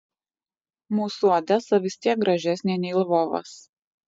mūsų odesa vis tiek gražesnė nei lvovas